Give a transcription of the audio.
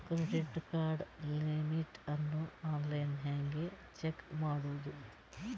Credit card limit ಅನ್ನು online ಹೆಂಗ್ check ಮಾಡೋದು?